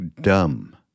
dumb